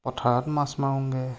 পথাৰত মাছ মাৰোঁগৈ